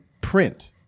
print